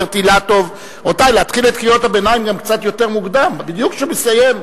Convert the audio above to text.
אלא עבור עוד שנים רבות שתמשיכו לשבת,